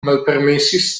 malpermesis